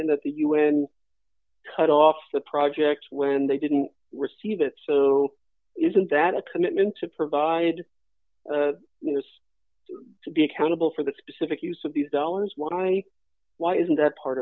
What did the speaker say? and that the u n cut off the projects when they didn't receive it isn't that a commitment to provide this to be accountable for the specific use of these dollars why why isn't that part